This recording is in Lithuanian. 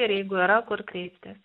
ir jeigu yra kur kreiptis